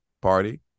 party